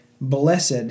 blessed